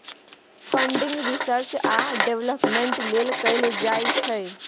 funding research आ development लेल कएल जाइ छै